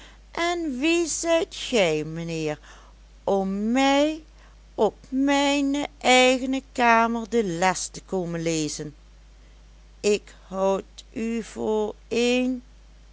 en wie zijt gij mijnheer om mij op mijne eigene kamer de les te komen lezen ik houd u voor een